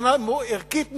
מבחינה ערכית מוסרית,